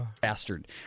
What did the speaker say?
Bastard